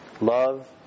Love